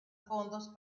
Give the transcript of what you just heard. fondos